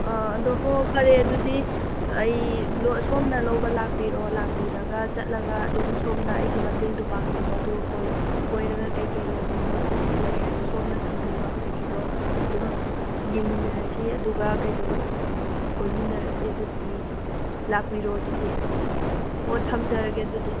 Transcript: ꯑꯥ ꯑꯗꯣ ꯍꯣꯏ ꯐꯔꯦ ꯑꯗꯨꯗꯤ ꯑꯩ ꯁꯣꯝꯅ ꯂꯧꯕ ꯂꯥꯛꯄꯤꯔꯣ ꯂꯥꯛꯄꯤꯔꯒ ꯆꯠꯂꯒ ꯑꯗꯨꯝ ꯁꯣꯝꯅ ꯑꯩꯒꯤ ꯃꯇꯦꯡꯗꯣ ꯄꯥꯡꯕꯤꯔꯣ ꯑꯗꯨꯒ ꯀꯣꯏꯔꯒ ꯀꯩꯀꯩ ꯂꯩꯕꯅꯣ ꯁꯤꯁꯤ ꯂꯩ ꯍꯥꯏꯕ ꯁꯣꯝꯅ ꯊꯝꯕꯤꯕ ꯍꯧꯖꯤꯛꯀꯤꯗꯣ ꯑꯗꯨꯝ ꯌꯦꯡꯃꯤꯟꯅꯔꯁꯤ ꯑꯗꯨꯒ ꯀꯩꯗꯧ ꯀꯣꯏꯃꯤꯟꯅꯔꯁꯤ ꯑꯗꯨꯗꯤ ꯂꯥꯛꯄꯤꯔꯣ ꯑꯗꯨꯗꯤ ꯍꯣ ꯊꯝꯖꯔꯒꯦ ꯑꯗꯨꯗꯤ